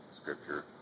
scripture